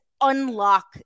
unlock